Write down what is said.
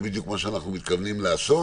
זה מה שאנחנו מתכוונים לעשות.